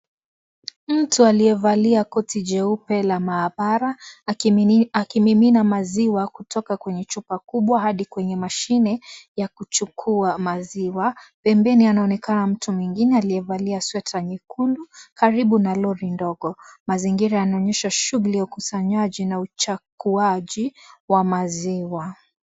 Mtu aliyevalia koti jeupe la maabara akimimina maziwa kutoka kwenye chupa kubwa hadi kwenye mashine ya kuchukua maziwa. Pembeni anaonekana mtu mwingine aliyevalia sweta nyekundu karibu na lori ndogo. Mazingira yanaonyesha shughuli ya ukusanyaji na uchakuaji wa maziwa.